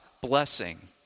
blessing